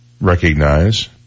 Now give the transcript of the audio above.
recognize